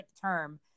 term